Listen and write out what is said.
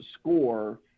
score